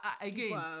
again